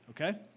Okay